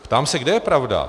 Ptám se, kde je pravda?